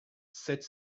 sept